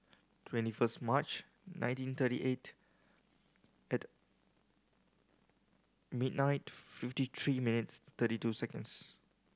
twenty first March nineteen thirty eight at midnight fifty three minutes thirty two seconds